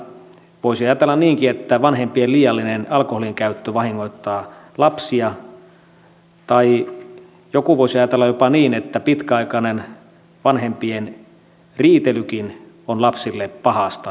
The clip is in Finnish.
voisi ajatella niinkin että vanhempien liiallinen alkoholinkäyttö vahingoittaa lapsia tai joku voisi ajatella jopa niin että pitkäaikainen vanhempien riitelykin on lapsille pahasta